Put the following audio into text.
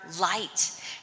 light